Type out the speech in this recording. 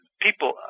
People